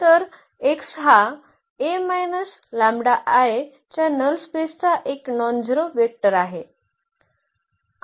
तर x हा च्या नल स्पेसचा एक नॉनझेरो वेक्टर आहे